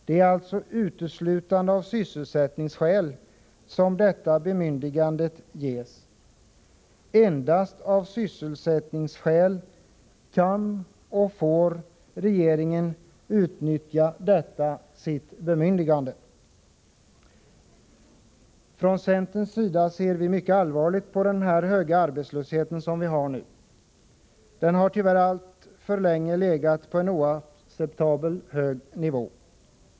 Det är alltså uteslutande av sysselsättningsskäl som detta bemyndigande ges. Endast av sysselsättningsskäl kan och får regeringen utnyttja detta sitt bemyndigande. Från centerns sida ser vi mycket allvarligt på den höga arbetslöshet som vi nu har. Den har tyvärr alltför länge legat på en oacceptabelt hög nivå.